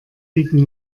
liegen